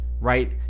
right